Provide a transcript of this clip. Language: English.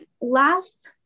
last